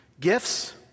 Gifts